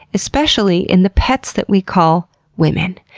especially in the pets that we call women.